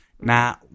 now